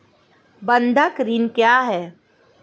बंधक ऋण क्या है?